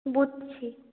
বুঝছি